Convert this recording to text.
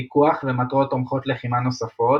פיקוח ומטרות תומכות לחימה נוספות.